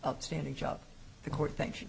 upstanding job the court thank you